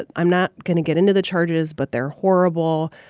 and i'm not going to get into the charges, but they're horrible.